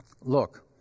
Look